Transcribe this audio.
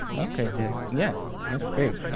ok. yeah yeah, that's great.